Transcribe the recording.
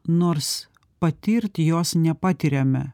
nors patirti jos nepatiriame